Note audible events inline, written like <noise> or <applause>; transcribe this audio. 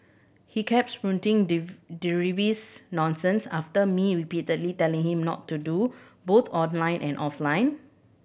he kept <unintelligible> nonsense after me repeatedly telling him not to do both online and offline